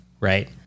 right